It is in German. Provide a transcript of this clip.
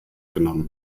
genommen